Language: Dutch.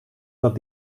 dat